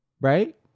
Right